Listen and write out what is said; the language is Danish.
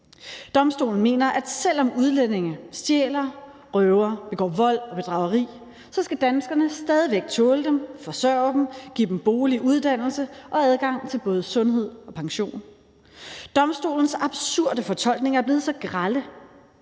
Domstolen mener, at selv om udlændinge stjæler, røver, begår vold og bedrageri, skal danskerne stadig væk tåle dem, forsørge dem, give dem bolig, uddannelse og adgang til både sundhed og pension. Domstolens absurde fortolkninger er blevet så grelle,